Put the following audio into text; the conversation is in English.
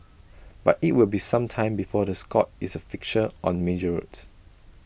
but IT will be some time before the Scot is A fixture on major roads